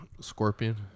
Scorpion